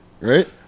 right